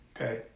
Okay